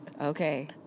okay